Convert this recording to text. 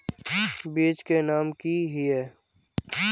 बीज के नाम की हिये?